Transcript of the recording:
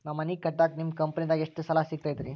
ನಾ ಮನಿ ಕಟ್ಟಾಕ ನಿಮ್ಮ ಕಂಪನಿದಾಗ ಎಷ್ಟ ಸಾಲ ಸಿಗತೈತ್ರಿ?